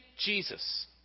Jesus